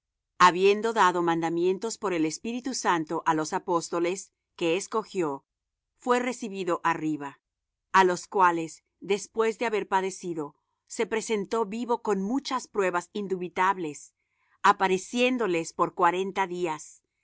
habiendo dado mandamientos por el espíritu santo á los apóstoles que escogió fué recibido arriba a los cuales después de haber padecido se presentó vivo con muchas pruebas indubitables apareciéndoles por cuarenta días